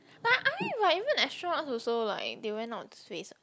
like I like even extra one also like they ran out of space